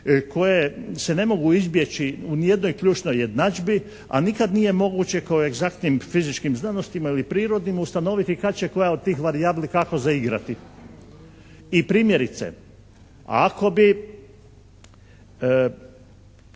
koje se ne mogu izbjeći u nijednoj ključnoj jednadžbi a nikad nije moguće kao u egzaktnim fizičkim znanostima ili prirodnim ustanoviti kad će koja od tih varijabli kako zaigrati. I primjerice, ako bi